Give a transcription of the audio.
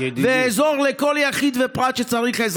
ואעזור לכל יחיד ופרט שצריך עזרה.